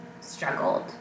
struggled